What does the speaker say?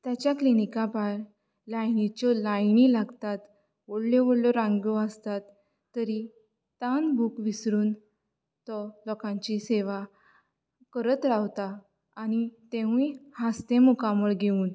ताचे क्लिनीका भायर लायनीच्यो लायनी लागतात व्हडल्यो व्हडल्यो रांगो आसतात तरी तान भूक विसरून तो लोकांची सेवा करत रावता आनी तेवूंय हांसतें मुखामळ घेवून